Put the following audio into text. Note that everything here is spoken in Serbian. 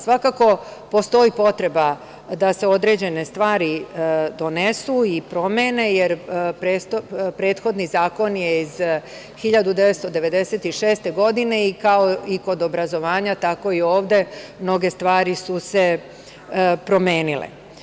Svakako postoji potreba da se određene stvari donesu i promene, jer prethodni zakon je iz 1996. godine i kao kod obrazovanja, tako i ovde mnoge stvari su se promenile.